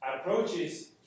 approaches